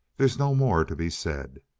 there's no more to be said!